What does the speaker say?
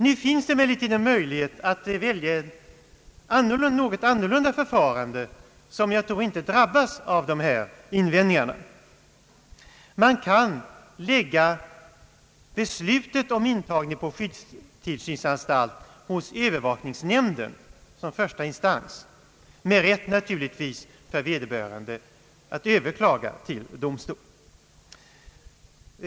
Emellertid finns en möjlighet att välja ett annat förfarande, som jag tror inte drabbas av samma invändningar. Man kan göra övervakningsnämnden till första instans i fråga om beslut om intagning på skyddstillsynsanstalt, varvid vederbörande naturligtvis skall ha rätt att överklaga hos domstol.